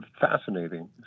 fascinating